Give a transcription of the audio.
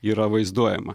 yra vaizduojama